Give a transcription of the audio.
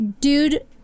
Dude